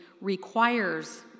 requires